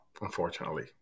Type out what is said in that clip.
unfortunately